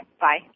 Bye